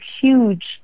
huge